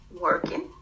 working